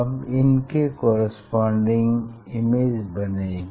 अब इनके corresponding image बनेगी